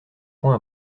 point